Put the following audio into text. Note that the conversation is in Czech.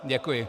Děkuji.